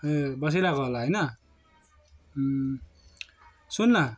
ए बसिरहेको होला होइन सुन् न